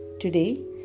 today